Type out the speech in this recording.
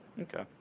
Okay